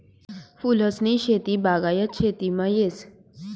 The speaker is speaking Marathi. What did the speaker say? फूलसनी शेती बागायत शेतीमा येस